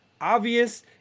obvious